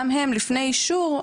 גם הן לפני אישור,